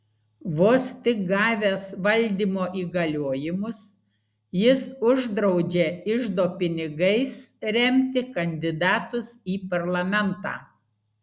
vos tik gavęs valdymo įgaliojimus jis uždraudžia iždo pinigais remti kandidatus į parlamentą